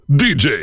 dj